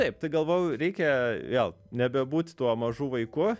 taip tai galvojau reikia vėl nebebūt tuo mažu vaiku